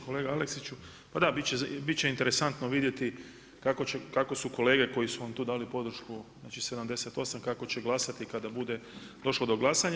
Kolega Aleksiću, pa da, bit će interesantno vidjeti kako su kolege koji su vam tu dali podršku znači 78 kako će glasati kada bude došlo do glasanja.